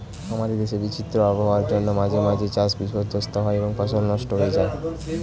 আমাদের দেশে বিচিত্র আবহাওয়ার জন্য মাঝে মাঝে চাষ বিপর্যস্ত হয় এবং ফসল নষ্ট হয়ে যায়